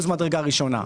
מדרגה ראשונה.